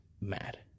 mad